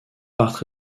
partent